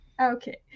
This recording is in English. Okay